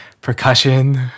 percussion